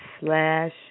slash